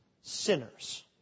sinners